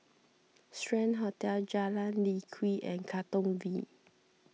Strand Hotel Jalan Lye Kwee and Katong V